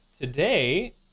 today